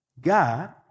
God